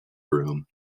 room